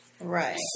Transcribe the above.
Right